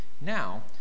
Now